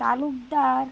Talukdar